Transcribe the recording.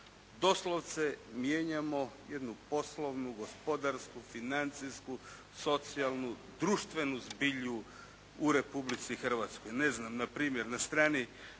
doslovce mijenjamo jednu poslovnu, gospodarsku, financijsku, socijalnu, društvenu zbilju u Republici Hrvatskoj. Ne znam, npr. na strani